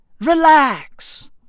Relax